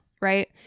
Right